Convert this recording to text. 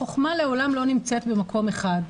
החוכמה לעולם לא נמצאת במקום אחד.